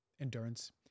endurance